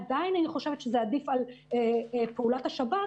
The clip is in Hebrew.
עדיין אני חושבת שזה עדיף על פעולת השב"כ